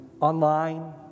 online